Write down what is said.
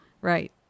Right